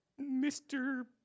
mr